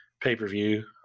pay-per-view